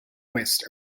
west